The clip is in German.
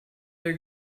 der